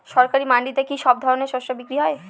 সরকারি মান্ডিতে কি সব ধরনের শস্য বিক্রি হয়?